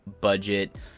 budget